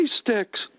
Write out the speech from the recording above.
sticks